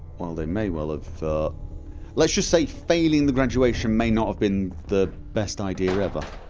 while they may well have let's just say failing the graduation may not have been the best idea ever